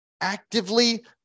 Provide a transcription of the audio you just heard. actively